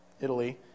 Italy